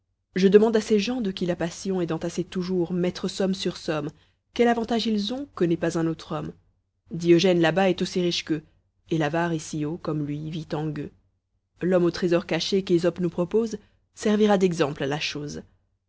je demande à ces gens de qui la passion est d'entasser toujours mettre somme sur somme quel avantage ils ont que n'ait pas un autre homme diogène là-bas est aussi riche qu'eux et l'avare ici-haut comme lui vit en gueux l'homme au trésor caché qu'ésope nous propose servira d'exemple à la chose